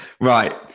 Right